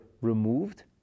removed